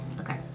Okay